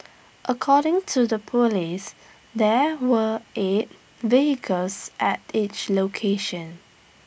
according to the Police there were eight vehicles at each location